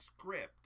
script